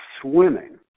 swimming